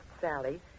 Sally